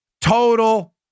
total